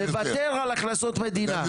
ומוותר על הכנסות מדינה.